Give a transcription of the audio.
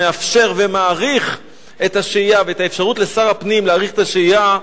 שמאפשר ומאריך את השהייה ואת האפשרות לשר הפנים להאריך את השהייה,